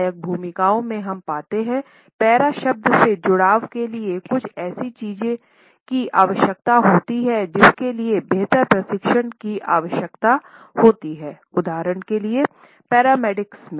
सहायक भूमिकाओं में हम पाते हैं पैरा शब्द के जुड़ाव के लिए कुछ ऐसी चीज की आवश्यकता होती है जिसके लिए बेहतर प्रशिक्षण की आवश्यकता होती है उदाहरण के लिए पैरामेडिक्स में